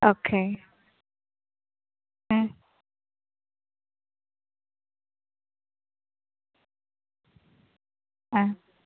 okay ആ